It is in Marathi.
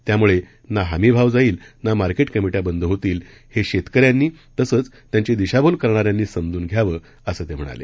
त्यामुळे ना हमी भाव जाईल ना मार्केट कमिट्या बंद होतील हे शेतकऱ्यांनी तसंच त्यांची दिशाभूल करणाऱ्यांनी समजून घ्यावं असं असं ते म्हणाले